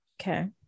Okay